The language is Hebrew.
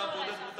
מה